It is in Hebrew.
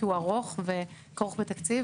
כי הוא ארוך וכרוך בתקציב.